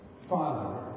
Father